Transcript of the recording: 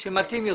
זה מתאים יותר.